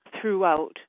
throughout